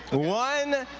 one,